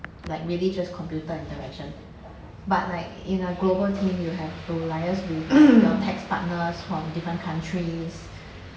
like really just computer interaction but like in a global team you have to liaise with your tax partners from different countries